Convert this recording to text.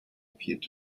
appeared